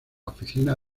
oficina